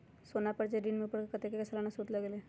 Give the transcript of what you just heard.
सोना पर जे ऋन मिलेलु ओपर कतेक के सालाना सुद लगेल?